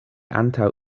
antaŭ